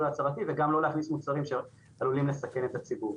ההצהרתי וגם לא להכניס מוצרים שעלולים לסכן את הציבור.